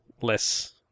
less